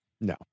no